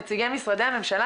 נציגי משרדי הממשלה,